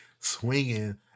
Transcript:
Swinging